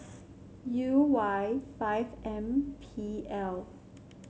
U Y five M P L